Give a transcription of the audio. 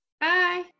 Bye